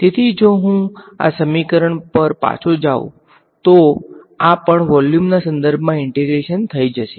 હવે જો હું આ સમીકરણ પર પાછો જાઉ તો આ પણ વોલ્યુમના સન્દર્ભમા ઈંટેગ્રેશન થઈ જશે